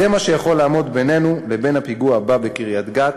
זה מה שיכול לעמוד בינינו לבין הפיגוע הבא בקריית-גת,